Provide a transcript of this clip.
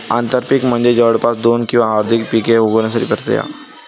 आंतरपीक म्हणजे जवळपास दोन किंवा अधिक पिके उगवण्याची प्रथा